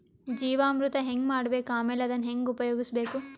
ಜೀವಾಮೃತ ಹೆಂಗ ಮಾಡಬೇಕು ಆಮೇಲೆ ಅದನ್ನ ಹೆಂಗ ಉಪಯೋಗಿಸಬೇಕು?